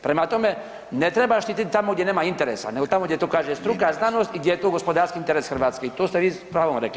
Prema tome, ne treba štitit tamo gdje nema interesa nego tamo gdje to kaže struka, znanost i gdje je to gospodarski interes Hrvatske i to ste vi s pravom rekli.